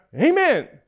Amen